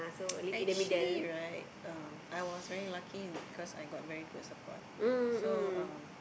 actually right um I was very lucky because I got very good support so um